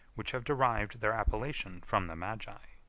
which have derived their appellation from the magi.